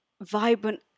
vibrant